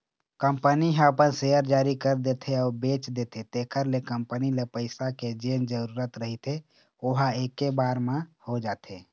company ह अपन share जारी कर देथे अउ बेच देथे तेखर ले कंपनी ल पइसा के जेन जरुरत रहिथे ओहा ऐके बार म हो जाथे